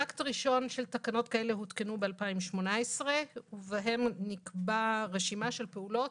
טקט ראשון של תקנות כאלה הותקנו ב-2018 ובהם נקבע רשימה של פעולות